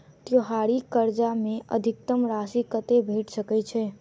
त्योहारी कर्जा मे अधिकतम राशि कत्ते भेट सकय छई?